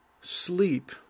sleep